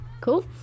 Cool